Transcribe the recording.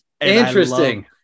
interesting